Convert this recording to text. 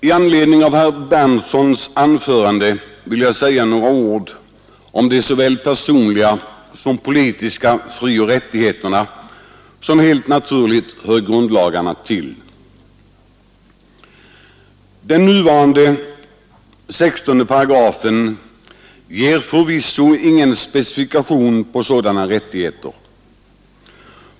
I anledning av herr Berndtsons i Linköping anförande vill jag säga några ord om de såväl personliga som politiska frioch rättigheterna, som helt naturligt hör grundlagarna till. Den nuvarande 16 8 ger förvisso ingen specifikation på sådana rättigheter.